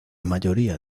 mayoría